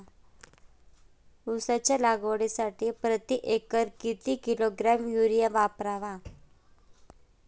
उसाच्या लागवडीसाठी प्रति एकर किती किलोग्रॅम युरिया वापरावा?